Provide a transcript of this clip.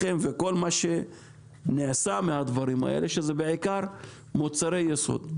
לחם וכל מה שנעשה מהדברים האלה שזה בעיקר מוצרי יסוד,